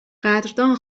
قدردان